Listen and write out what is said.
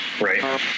Right